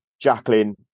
Jacqueline